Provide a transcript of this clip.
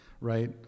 right